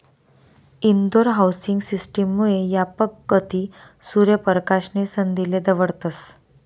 Indore housing system मुये यापक गती, सूर्य परकाश नी संधीले दवडतस